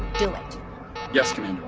do it yes, commander.